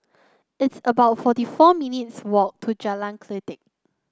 it's about forty four minutes' walk to Jalan Kledek